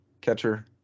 catcher